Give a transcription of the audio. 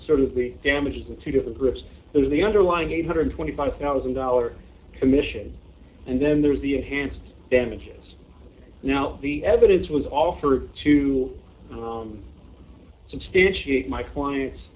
sort of the damages in two different groups the underlying eight hundred and twenty five thousand dollars commission and then there is the enhanced damages now the evidence was offered to substantiate my clients